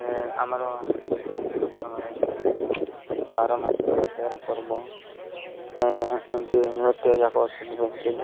ଆମର ହନ୍ଦୁ ଧର୍ମରେ ବାର ମାସରେ ତେର ପର୍ବ ଏମିତି ନୃତ୍ୟ ଯାକ